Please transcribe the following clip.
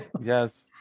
Yes